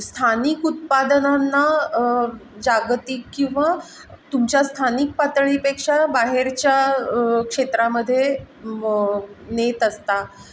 स्थानिक उत्पादनांना जागतीक किंवा तुमच्या स्थानिक पातळीपेक्षा बाहेरच्या क्षेत्रामध्ये नेत असता